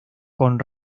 con